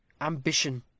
ambition